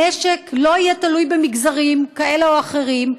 המשק לא יהיה תלוי במגזרים כאלה או אחרים,